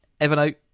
evernote